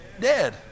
dead